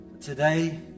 Today